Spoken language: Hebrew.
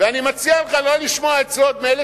ואני מציע לך לא לשמוע עצות מאלה